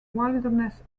wilderness